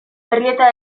errieta